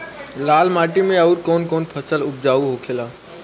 लाल माटी मे आउर कौन कौन फसल उपजाऊ होखे ला?